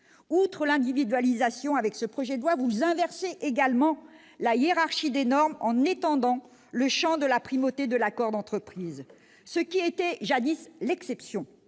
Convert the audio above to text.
Outre l'individualisation, avec ce projet de loi, vous inversez également la hiérarchie des normes en étendant le champ de la primauté de l'accord d'entreprise. Vous faites la